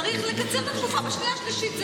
צריך לקצר את התקופה בשנייה והשלישית.